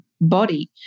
body